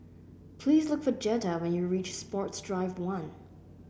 please look for Jetta when you reach Sports Drive One